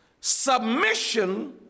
submission